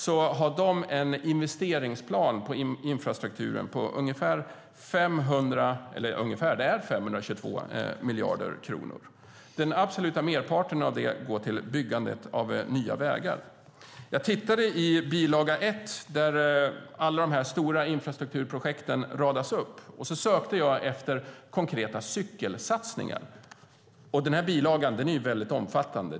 De har en investeringsplan för infrastrukturen på 522 miljarder kronor. Den absoluta merparten av det går till byggande av nya vägar. Jag tittade i bil. 1, där alla de stora infrastrukturprojekten radas upp, och sökte efter konkreta cykelsatsningar. Den bilagan är mycket omfattande.